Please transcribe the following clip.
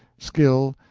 skill,